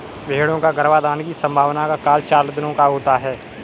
भेंड़ों का गर्भाधान की संभावना का काल चार दिनों का होता है